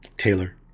Taylor